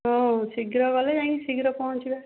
ହଁ ଶୀଘ୍ର ଗଲେ ଯାଇକି ଶୀଘ୍ର ପହଞ୍ଚିବା